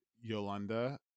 Yolanda